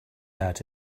out